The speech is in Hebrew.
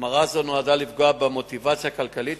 החמרה זו נועדה לפגוע במוטיבציה הכלכלית,